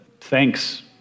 thanks